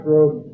Road